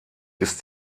ist